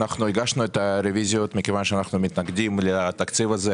אנחנו הגשנו את הרוויזיות מכיוון שאנחנו מתנגדים לתקציב הזה,